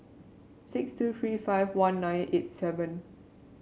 six two three five one nine eight seven